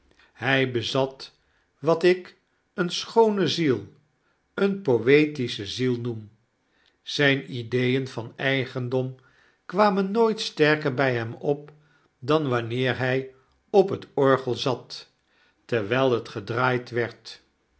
hij bezat wat ik eene schoone ziel eene poetische ziel noem zyne ideeen van eigendom kwamen nooit sterker by hem op dan wanneer hg op het orgel zat terwyl het gedraaid werd